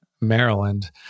Maryland